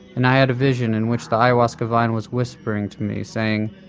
and i had a vision in which the ayahuasca vine was whispering to me, saying,